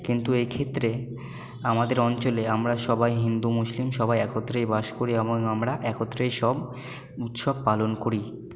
কিন্তু এক্ষেত্রে আমাদের অঞ্চলে আমরা সবাই হিন্দু মুসলিম সবাই একত্রেই বাস করি এবং আমরা একত্রেই সব উৎসব পালন করি